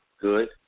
good